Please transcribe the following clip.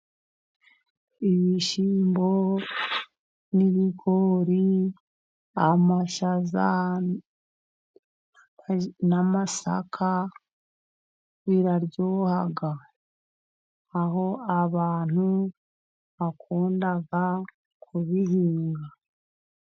Ibishyimbo, n'ibigori, amashaza, n'amasaka biraryoha. Aho abantu bakunda kubihinga.